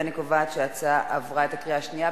אני קובעת שההצעה עברה בקריאה השנייה.